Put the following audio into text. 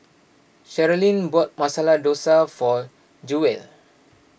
Cherilyn bought Masala Dosa for Jewell